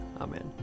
Amen